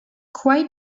quite